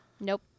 nope